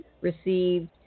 received